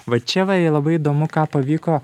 va čia va jie labai įdomu ką pavyko